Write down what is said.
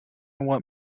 want